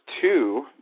two